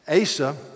Asa